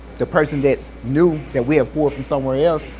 the person that's new, that we have pulled from somewhere else,